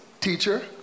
teacher